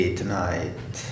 tonight